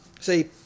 see